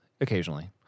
Occasionally